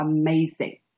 amazing